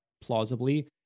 plausibly